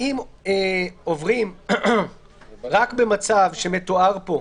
אם עוברים רק במצב שמתואר פה,